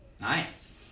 Nice